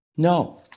No